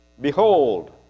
Behold